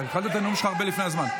אתה התחלת את הנאום שלך הרבה לפני הזמן.